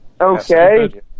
Okay